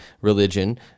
religion